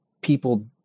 people